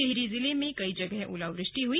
टिहरी जिले में कई जगह ओलावृष्टि हुई